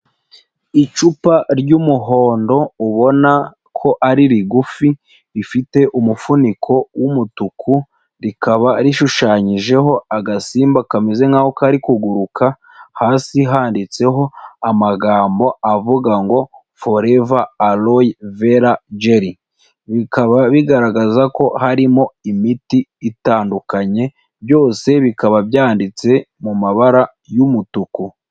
Icupa ry'umuhondo ubona ko ari rigufi, rifite umufuniko w'umutuku, rikaba rishushanyijeho agasimba kameze nk'aho kari kuguruka. Hasi handitseho amagambo avuga ngo foreva aloyi vera jeli, bikaba bigaragaza ko harimo imiti itandukanye byose bikaba byanditse mu mabara y'umutuku.